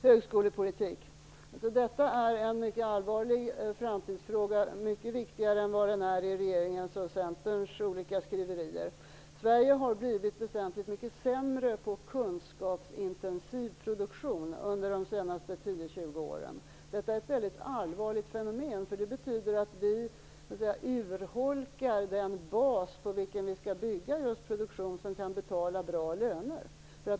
Högskolepolitiken är en mycket allvarlig framtidsfråga, mycket viktigare än den är i regeringens och Centerns olika skriverier. Sverige har blivit väsentligt mycket sämre på kunskapsintensiv produktion under de senaste 10-20 åren. Detta är ett väldigt allvarligt fenomen, för det betyder att vi urholkar den bas på vilken vi skall bygga just produktion som kan betala bra löner.